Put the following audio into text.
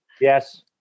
Yes